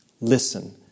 Listen